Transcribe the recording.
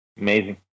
amazing